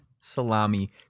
salami